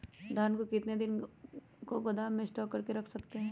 धान को कितने दिन को गोदाम में स्टॉक करके रख सकते हैँ?